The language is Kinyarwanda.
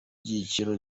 byiciro